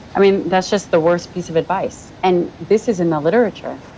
i mean, that's just the worse piece of advice. and this is in the literature,